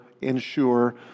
ensure